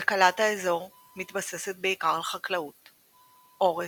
כלכלת האזור מתבססת בעיקר על חקלאות אורז,